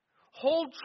Hold